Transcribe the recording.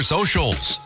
Socials